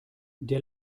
der